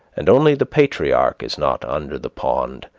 and only the patriarch is not under the pond,